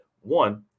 one